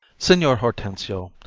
signior hortensio,